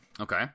Okay